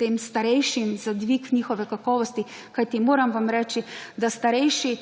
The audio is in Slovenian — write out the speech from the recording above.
tem starejšim, za dvig njihove kakovosti, kajti, moram vam reči, da starejši